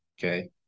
Okay